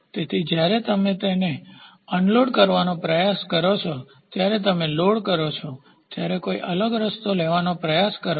તેથી જ્યારે તમે તેને અનલોડ કરવાનો પ્રયાસ કરો ત્યારે તમે લોડ કરો છો ત્યારે કોઈ અલગ રસ્તો લેવાનો પ્રયાસ કરે છે